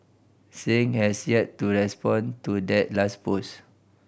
Singh has yet to respond to that last post